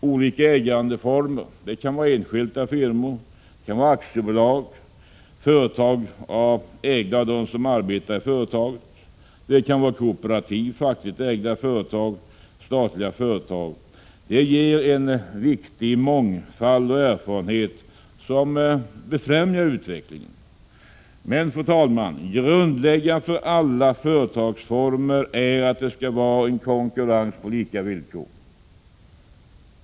Olika ägandeformer — enskilda firmor, aktiebolag, företag ägda av dem som arbetar i företaget, kooperativ, fackligt ägda företag, statliga företag — ger en viktig mångfald och erfarenhet som befrämjar utvecklingen. Grundläggande för alla företagsformer är konkurrens på lika villkor.